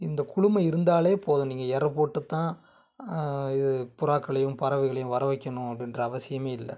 இந்த குளுமை இருந்தால் போதும் நீங்கள் இரை போட்டுத்தான் இது புறாக்களையும் பறவைகளையும் வரவைக்கணும் அப்படின்ற அவசியமே இல்லை